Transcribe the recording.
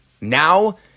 Now